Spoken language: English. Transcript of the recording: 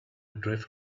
drift